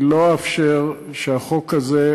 אני לא אאפשר שהחוק הזה,